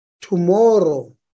tomorrow